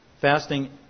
fasting